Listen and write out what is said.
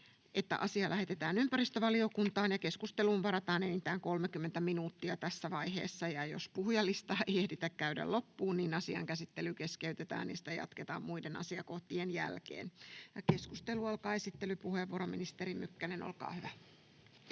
että asia lähetetään ympäristövaliokuntaan. Keskusteluun varataan enintään 30 minuuttia tässä vaiheessa. Jos puhujalistaa ei ehditä käydä loppuun, asian käsittely keskeytetään ja sitä jatketaan muiden asiakohtien jälkeen. — Keskustelu alkaa. Esittelypuheenvuoro, ministeri Mykkänen, olkaa hyvä.